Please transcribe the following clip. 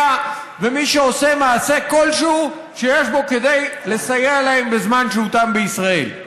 ומי שעושה מעשה כלשהו שיש בו כדי לסייע להם בזמן שהותם בישראל.